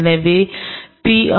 எனவே பி